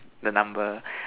the number